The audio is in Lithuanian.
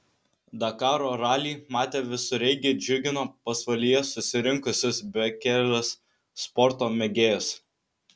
dakaro ralį matę visureigiai džiugino pasvalyje susirinkusius bekelės sporto mėgėjus